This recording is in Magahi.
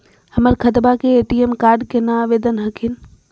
हमर खतवा के ए.टी.एम कार्ड केना आवेदन हखिन?